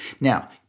Now